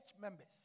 members